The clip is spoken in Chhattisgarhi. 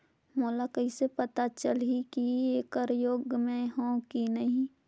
मोला कइसे पता चलही की येकर योग्य मैं हों की नहीं?